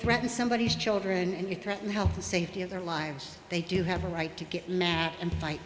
threaten somebody children and you threaten help the safety of their lives they do have a right to get mad and fight